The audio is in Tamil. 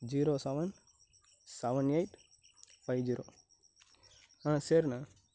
zero seven seven eight five zero ஆ சரிண்ணே